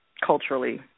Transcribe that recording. culturally